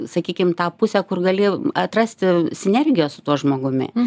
sakykim tą pusę kur gali atrasti sinergijos su tuo žmogumi